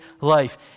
life